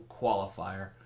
qualifier